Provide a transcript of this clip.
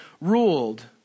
ruled